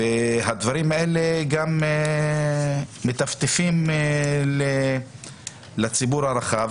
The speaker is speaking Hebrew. הדברים האלה גם מטפטפים לציבור הרחב,